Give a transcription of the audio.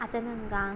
అదనంగా